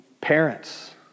parents